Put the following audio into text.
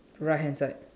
right hand side